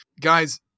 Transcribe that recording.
guys